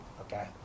Okay